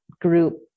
group